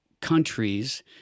countries